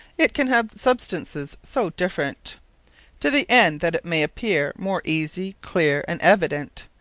it can have substances so different to the end that it may appeare more easie, clear, and evident,